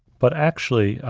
but actually, ah